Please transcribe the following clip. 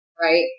right